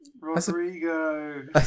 Rodrigo